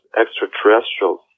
extraterrestrials